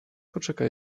poczekaj